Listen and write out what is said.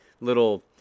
little